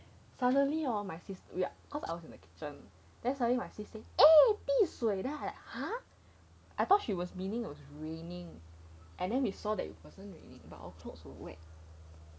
suddenly hor my sis cause I was in the kitchen then suddenly my sis says eh 滴水 then I'm like !huh! I thought she was meaning it was raining and then we saw that it wasn't raining but our clothes were wet